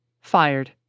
fired